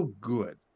good